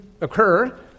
occur